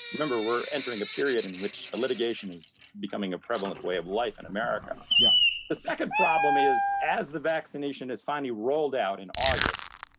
remember, we're entering a period in which litigation is becoming a prevalent way of life in america. yeah the second problem is as the vaccination is finally rolled out in august,